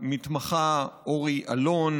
והמתמחה אורי אלון,